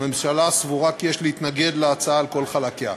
הממשלה סבורה כי יש להתנגד להצעה על כל חלקיה.